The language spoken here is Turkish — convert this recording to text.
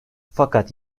fakat